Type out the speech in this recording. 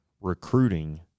recruiting